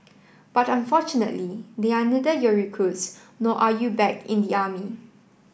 but unfortunately they are neither your recruits nor are you back in the army